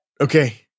okay